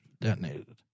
detonated